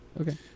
Okay